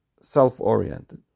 self-oriented